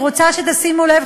אני רוצה שתשימו לב,